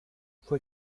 fue